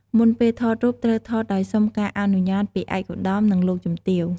មុនពេលថតរូបត្រូវថតដោយសុំការអនុញ្ញាតពី ឯកឧត្តម និងលោកជំទាវ។